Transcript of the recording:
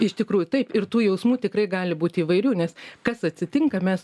iš tikrųjų taip ir tų jausmų tikrai gali būti įvairių nes kas atsitinka mes